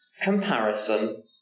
comparison